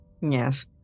yes